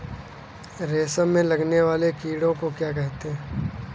रेशम में लगने वाले कीड़े को क्या कहते हैं?